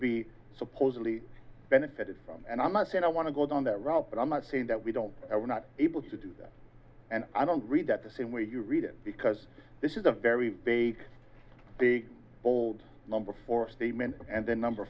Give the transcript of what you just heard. be supposedly benefited from and i'm not saying i want to go down that route but i'm not saying that we don't we're not able to do that and i don't read that the same way you read it because this is a very big big bold number for a statement and then number